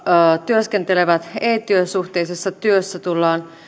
työskentelevät ei työsuhteisessa työssä tullaan